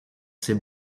ses